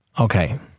Okay